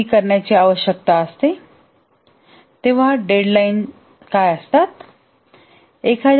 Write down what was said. जेव्हा ती करण्याची आवश्यकता असते तेव्हा डेडलाईन काय असतात